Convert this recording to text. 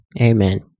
Amen